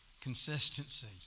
Consistency